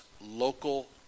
local